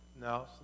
No